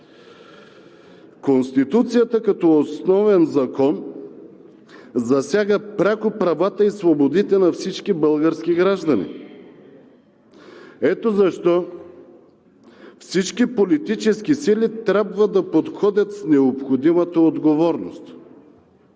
Конституцията като основен закон засяга пряко правата и свободите на всички български граждани. Ето защо всички политически сили трябва да подходят с необходимата отговорност.